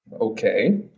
Okay